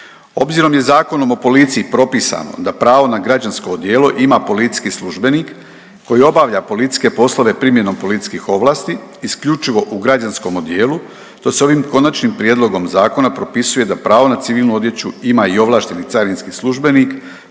Obzirom je Zakonom o policiji propisano da pravo na građansko odijelo ima policijski službenik koji obavlja policijske poslove primjenom policijskih ovlasti isključivo u građanskom odijelu, to se ovim konačnim prijedlogom zakona propisuje da pravo na civilnu odjeću ima i ovlašteni carinski službenik